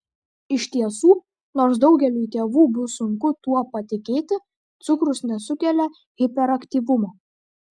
iš tiesų nors daugeliui tėvų bus sunku tuo patikėti cukrus nesukelia hiperaktyvumo